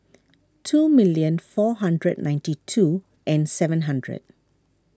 two million four hundred ninety two and seven hundred